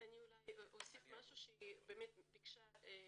אני אוסיף משהו שהיא ביקשה להציג,